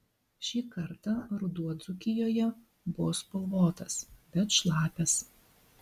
šį kartą ruduo dzūkijoje buvo spalvotas bet šlapias